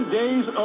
days